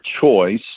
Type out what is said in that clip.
choice